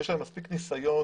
יש להם מספיק ניסיון,